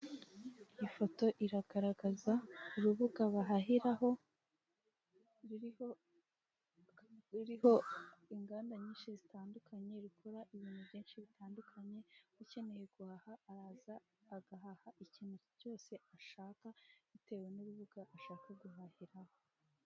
ifoto iragaragaza urubuga bahahiraho, ruriho, inganda nyinshi zitandukanye rukora ibintu byinshi bitandukanye ukeneye guhaha araza agahaha ikintu cyose ashaka, bitewe n'urubuga ashaka guhahiraho.